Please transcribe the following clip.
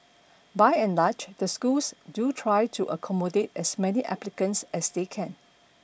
by and large the schools do try to accommodate as many applicants as they can